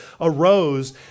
arose